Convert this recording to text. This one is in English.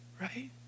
right